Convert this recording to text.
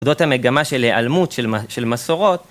זאת המגמה של היעלמות של מסורות.